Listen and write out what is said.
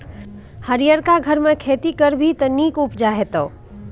हरियरका घरमे खेती करभी त नीक उपजा हेतौ